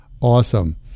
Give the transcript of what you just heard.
Awesome